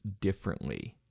differently